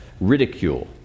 ridicule